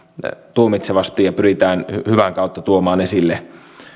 tuomitsevasti ja pyritään hyvän kautta tuomaan esille